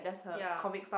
ya